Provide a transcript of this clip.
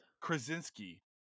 Krasinski